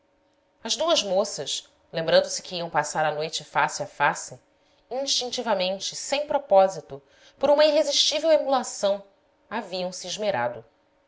as duas moças lembrando-se que iam passar a noite face a face instintivamente sem propósito por uma irresistível emulação haviam se esmerado